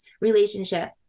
relationship